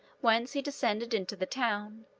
whence he descended into the town,